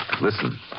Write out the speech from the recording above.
Listen